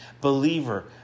believer